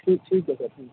ਠੀਕ ਠੀਕ ਹੈ ਸਰ ਠੀ